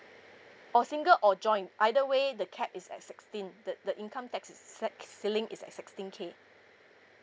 oh single or joint either way the cap is at sixteen the the income tax is at ceiling is at sixteen K